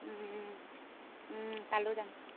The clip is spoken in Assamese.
তালৈয়ো যাম